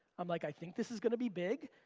i'm like, i think this is gonna be big.